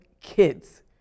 kids